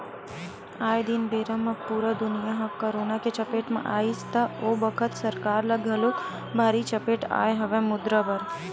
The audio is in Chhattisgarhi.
आये दिन बेरा म पुरा दुनिया ह करोना के चपेट म आइस त ओ बखत सरकार ल घलोक भारी चपेट आय हवय मुद्रा बर